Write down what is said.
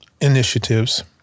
initiatives